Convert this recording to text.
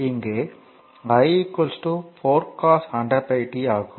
இங்கே i 4 cos100πt ஆகும்